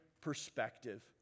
perspective